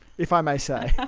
if i may say.